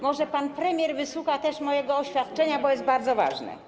Może pan premier wysłucha też mojego oświadczenia, bo jest bardzo ważne.